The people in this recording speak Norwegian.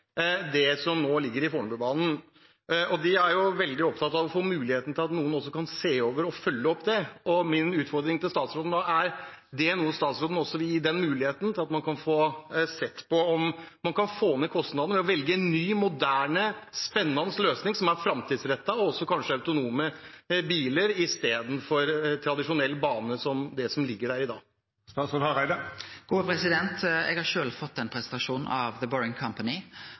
det som nå ligger i Fornebubanen. De er veldig opptatt av muligheten til at noen også kan se over og følge opp det, og min utfordring til statsråden er da: Er det noe statsråden også vil gi dem muligheten til å få sett på – om man kan få ned kostnadene ved å velge en ny, moderne, spennende løsning som er framtidsrettet, og kanskje også autonome biler istedenfor tradisjonell bane, som er det som ligger der i dag? Eg har sjølv fått den presentasjonen av The Boring